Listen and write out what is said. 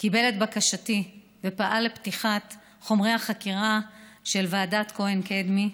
קיבל את בקשתי ופעל לפתיחת חומרי החקירה של ועדת כהן-קדמי,